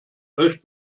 euch